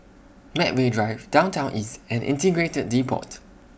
Medway Drive Downtown East and Integrated Depot